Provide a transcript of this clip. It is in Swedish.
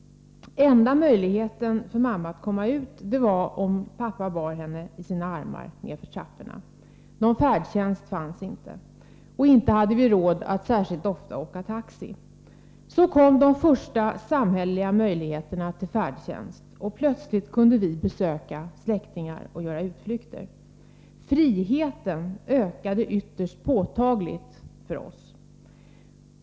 Enda möjligheten för mamma att komma ut var om pappa bar henne i sina armar nerför trapporna — någon färdtjänst fanns inte. Och inte hade vi råd att särskilt ofta åka taxi. Så kom de första samhälleliga möjligheterna till färdtjänst, och plötsligt kunde vi besöka släktingar och göra utflykter. Friheten ökade ytterst påtagligt för oss.